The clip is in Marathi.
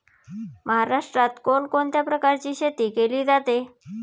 महाराष्ट्रात कोण कोणत्या प्रकारची शेती केली जाते?